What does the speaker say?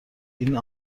این